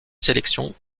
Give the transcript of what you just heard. sélection